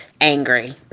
angry